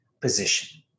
position